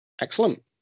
Excellent